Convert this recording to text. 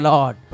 Lord